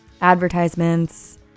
advertisements